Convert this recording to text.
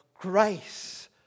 grace